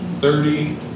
thirty